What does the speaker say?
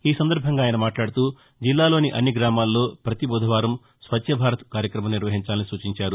ఈసందర్భంగా ఆయన మాట్లాడుతూ జిల్లాలోని అన్ని గ్రామాల్లో పతి బుధవారం స్వచ్చ భారత్ కార్యక్రమం నిర్వహించాలని సూచించారు